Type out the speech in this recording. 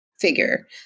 figure